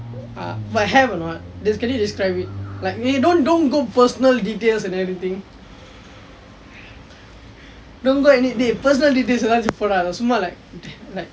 uh but have anot can you describe it like eh don't don't go personal details and everything don't go any dey personal details ஏதாவது போடாதே சும்மா:aethaavathu podaathe summa like like